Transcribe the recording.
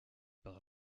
par